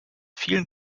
vielen